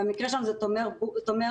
במקרה שלנו זה תומר בוזמן.